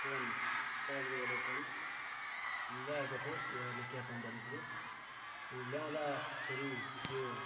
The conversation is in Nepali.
फोन चार्जवाले फोन ल्याएको थिएँ एउटा नोकिया कम्पनीको अनि ल्याउँदाखेरि त्यो